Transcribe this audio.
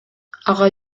ага